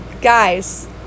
guys